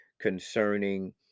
concerning